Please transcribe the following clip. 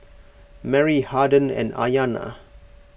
Merry Harden and Ayana